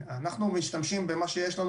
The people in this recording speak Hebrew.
אנחנו משתמשים במה שיש לנו.